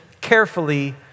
carefully